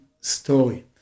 story